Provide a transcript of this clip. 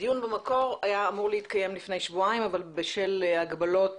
הדיון במקור היה אמור להתקיים לפני שבועיים אבל בשל הגבלות